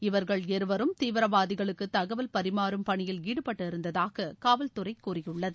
இவர்கள் இருவரும் தீவிரவாதிகளுக்கு தகவல் பரிமாறும் பணியில் ஈடுபட்டிருந்ததாக காவல்துறை கூறியுள்ளது